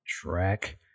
track